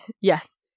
Yes